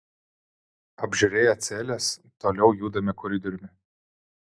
apžiūrėję celes toliau judame koridoriumi